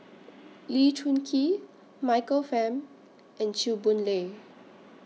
Lee Choon Kee Michael Fam and Chew Boon Lay